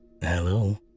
Hello